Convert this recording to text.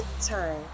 Time